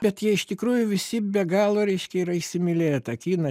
bet jie iš tikrųjų visi be galo reiškia yra įsimylėję tą kiną